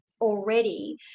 already